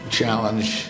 challenge